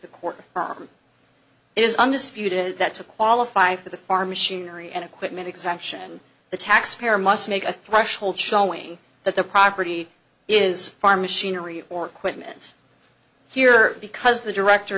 the court is undisputed that to qualify for the farm machinery and equipment exemption the taxpayer must make a threshold showing that the property is farm machinery or quit meds here because the director